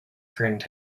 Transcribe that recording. friend